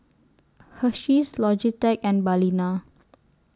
Hersheys Logitech and Balina